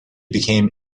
became